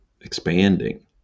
expanding